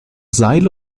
seile